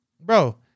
bro